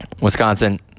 Wisconsin